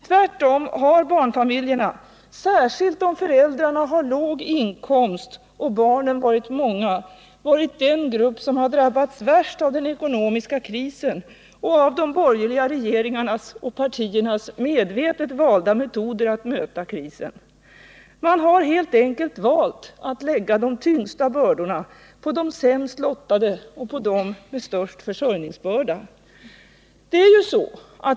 Tvärtom har barnfamiljerna, särskilt om familjerna haft låg inkomst och barnen varit många, varit den grupp som har drabbats värst av den ekonomiska krisen och av de borgerliga regeringarnas och partiernas medvetet valda metoder att möta krisen. Man har helt enkelt valt att lägga de tyngsta bördorna på de sämst lottade och på dem med störst försörjningsbörda.